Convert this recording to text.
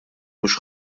mhux